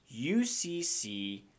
UCC